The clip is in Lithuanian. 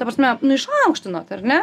ta prasme nu išaukštinot ar ne